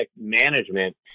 management